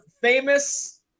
famous